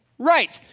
right!